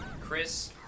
Chris